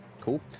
Cool